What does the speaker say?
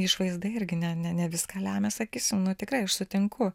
išvaizda irgi ne ne ne viską lemia sakysim tikrai aš sutinku